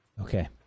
Okay